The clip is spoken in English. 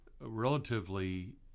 relatively